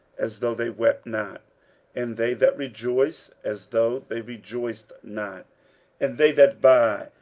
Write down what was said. as though they wept not and they that rejoice, as though they rejoiced not and they that buy,